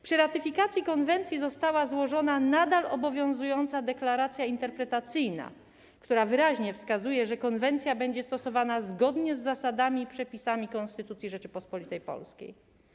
Przy ratyfikacji konwencji została złożona nadal obowiązująca deklaracja interpretacyjna, która wyraźnie wskazuje, że konwencja będzie stosowana zgodnie z zasadami i przepisami Konstytucji Rzeczypospolitej Polskiej.